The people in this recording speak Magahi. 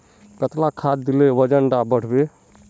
कतला खाद देले वजन डा बढ़बे बे?